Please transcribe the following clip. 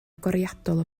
agoriadol